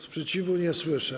Sprzeciwu nie słyszę.